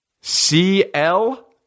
C-L